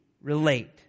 relate